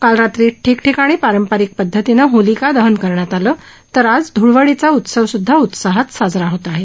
काल रात्री ठिकठिकाणी पारंपरिक पद्धतीनं होलीकादहन करण्यात आलं तर आज ध्वळवडीचा उत्सव सुद्धा उत्साहात साजरा होत आहे